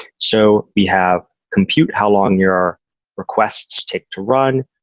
so we have compute, how long your requests take to run,